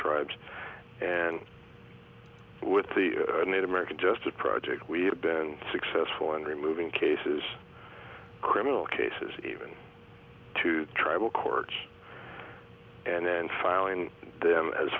tribes and with the native american justice project we have been successful in removing cases criminal cases even to tribal courts and then filing them as